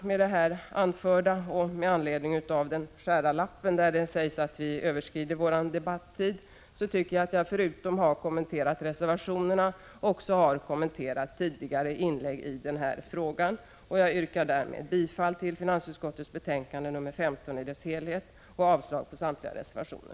Med det anförda — och med anledning av den skära lappen där det sägs att vi överskrider vår debattid — tycker jag att jag förutom att ha kommenterat reservationerna också har kommenterat tidigare inlägg i denna fråga. Jag yrkar därmed bifall till hemställan i finansutskottets betänkande nr 15 och avslag på samtliga reservationer.